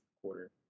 quarter